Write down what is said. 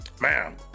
Man